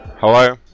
Hello